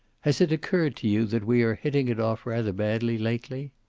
has it occurred to you that we are hitting it off rather badly lately?